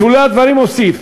בשולי הדברים אוסיף